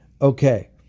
Okay